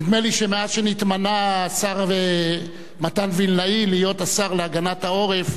נדמה לי שמאז נתמנה השר מתן וילנאי לשר להגנת העורף,